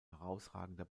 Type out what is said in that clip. herausragender